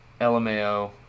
LMAO